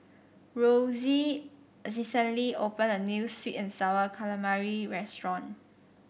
Rosey recently opened a new sweet and sour calamari restaurant